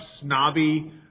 snobby